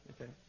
okay